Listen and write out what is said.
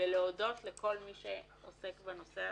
להודות לכל מי שעוסק בנושא הזה.